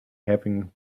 having